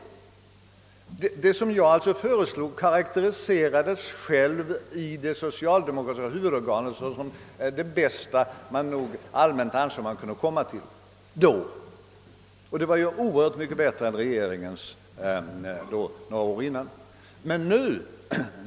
Det som jag föreslog karakteriserades alltså i det socialdemokratiska huvudorganet som det bästa som allmänt ansågs uppnåeligt vid den ifrågavarande tidpunkten. Det var ju också oerhört mycket bättre än regeringens siffra några år dessförinnan.